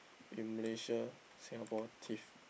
in Malaysia Singapore tiff